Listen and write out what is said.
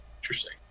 interesting